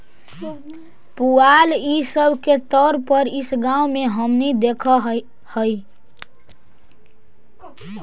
पुआल इ सब के तौर पर इस गाँव में हमनि देखऽ हिअइ